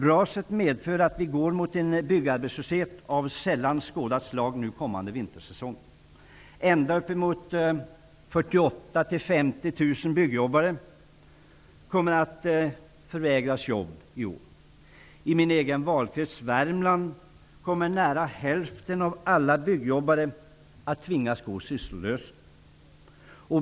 Raset medför att vi går mot en byggarbetslöshet av sällan skådat slag kommande vintersäsong. Ända uppemot 48 000--50 000 byggjobbare kommer att förvägras jobb i år. I min egen valkrets, Värmland, kommer nära hälften av alla byggjobbare att tvingas gå sysslolösa.